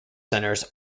centres